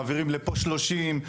מעבירים לפה 30,